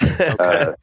Okay